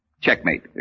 Checkmate